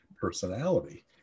personality